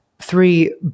Three